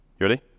ready